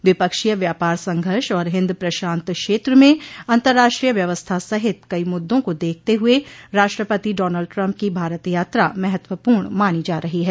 द्विपक्षीय व्यापार संघर्ष और हिंद प्रशांत क्षेत्र में अंतर्राष्ट्रीय व्यवस्था सहित कई मुद्दों को देखते हुए राष्ट्रपति डॉनल्ड ट्रम्प की भारत यात्रा महत्वपूर्ण मानी जा रही है